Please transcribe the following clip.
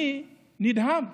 אני נדהם.